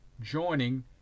joining